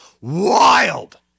wild